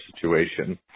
situation